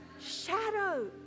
shadow